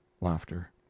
Laughter